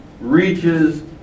reaches